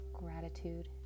gratitude